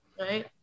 right